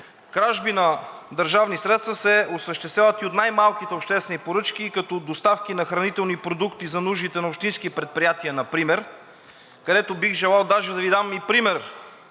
Кражби на държавни средства се осъществяват и от най малките обществени поръчки, като доставки на хранителни продукти за нуждите на общински предприятия например, където бих желал даже да Ви дам и пример,